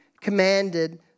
commanded